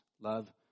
Love